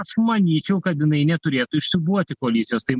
aš manyčiau kad jinai neturėtų išsiūbuoti koalicijos tai